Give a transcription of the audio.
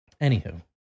Anywho